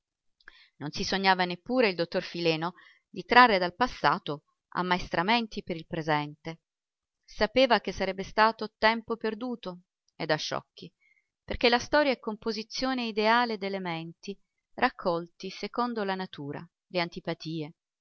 non si sognava neppure il dottor fileno di trarre dal passato ammaestramenti per il presente sapeva che sarebbe stato tempo perduto e da sciocchi perché la storia è composizione ideale d'elementi raccolti secondo la natura le antipatie